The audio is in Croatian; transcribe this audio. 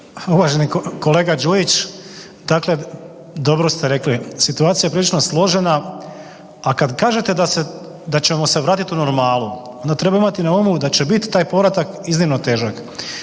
Uvaženi kolega Đujić. Dakle, dobro ste rekli. Situacija je prilično složena, a kad kažete da se, da ćemo se vratiti u normalu, onda treba imati na umu da će biti taj povratak iznimno težak.